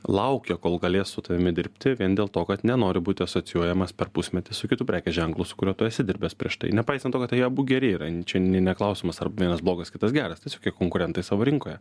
laukia kol galės su tavimi dirbti vien dėl to kad nenori būti asocijuojamas per pusmetį su kitu prekės ženklu su kuriuo tu esi dirbęs prieš tai nepaisant to kad jie abu geri yra čia ne ne klausimas ar vienas blogas kitas geras tiesiog jie konkurentai savo rinkoje